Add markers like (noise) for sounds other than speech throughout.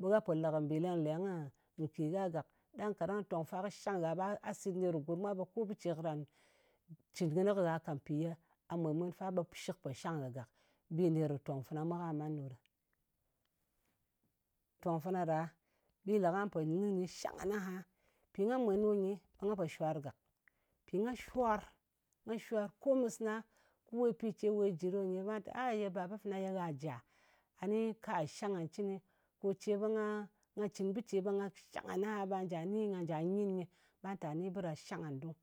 Ɓe gha po le kɨ mbì leng-lengnɨ nkè gha gàk. Ɗang kaɗang tong fa kɨ shang gha, ɓa sit ner kɨ gurm mwa, ɓe ko bɨ ke karan cɨn kɨnɨ kɨ gha ka, mpì ye gha mwèn-mwen fa, ɓe shɨk pò shang gha gàk. Bi nèr kɨ tong fana mwa, ka man ɗo ɗa. Tong fana ɗa, bi le ka po nyin kɨnɨ, shang ngan aha. Mpi nga mwen ɗo nyi, ɓe nga pò shwar gàk. Nga shwar, nga shwar. Ko mɨsna kɨ we pi ce we jɨ ɗo nyi, ɓa te, a ye baba fana ye gha jà? A ni shang ngan cɨni. Ko ce ɓe nga cɨn bɨ ce, ɓe nga, shang ngan aha, ɓa njà ni, nga njà nyin nyɨ. Ɓa ta ni, bɨ ɗa shang ngan dung.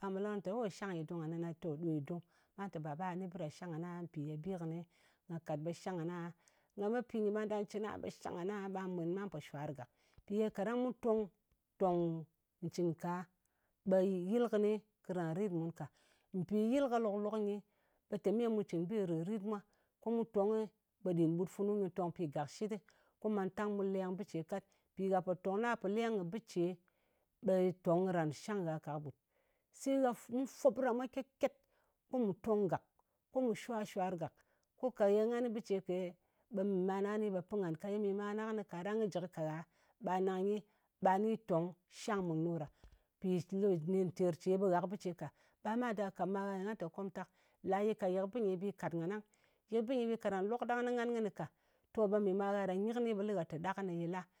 Ɓang ɓe lɨ ngan te o shang nyɨ dung a nɨna, to ɗo yɨ dung. Ɓa te baba a ni bɨ ɗa shang ngan aha, mpì gha ni bi kɨni nga kat ɓe shang ngan aha. Nga met pi nyɨ ɓa nɗa cɨn aha, ɓe shang ngan aha, ɓa mwen ɓa pò shwar gàk. Mpì ye kaɗang mu tong ntòng cɨn ka, ɓe yɨl kɨnɨ karan rit mun ka. Mpì yɨl ka lòk-lok nyɨ, ɓe tè me mu cɨn bi rìrit mwa. Ko mu tongnɨ, ɓe ɗin ɓut funu nyɨ nyɨ tong pi gàkshit ɗɨ, ko mantang mu leng bɨ ce kat. Mpi gha po tong ɗa po leng kɨ bɛ ce, ɓe tong karan shang gha ka kɨɓut. Se ghà, mu fwo bɨ ɗa mwa ket-ket, ko mù tong gàk, ko mù shwar-shwār gàk. Ko ka ye ngan kɨ bɨ ce kei, ɓe mi mana kɨni, ɓe pɨn ngan. Ka ye mì mana kɨnɨ ka, ɗang kɨ jɨ kɨ ka gha, ɓa nang nyi, ɓa ni tong shang mùn ɗo ɗa. (hesitation) mpì ye nɗin ter ce, ɓe gha kɨ bɨ ce ka, ɓa ma ɗa ka ma gha nyɨ ɓa lɨ te, komtak, la yɨ ka yɨ kɨ bɨ nyi, ɓe yɨ kàt ngan ɗang. Yɨ kɨ bɨ nyi, ɓe yɨ kat ngan lok ɗang, mpì ngan kɨnɨ ka. To ɓe mɨ ma gha ɗa nyɨ kɨni, ɓe lɨ ngha te, ɗa kɨnɨ, yɨ la.